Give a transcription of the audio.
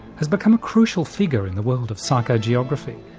has become a crucial figure in the world of psychogeography.